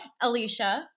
Alicia